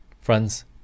Friends